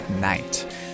night